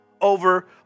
over